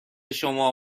شما